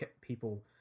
people